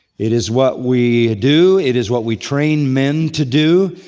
it is what we do. it is what we train men to do.